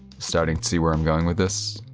starting to see where i'm going with this?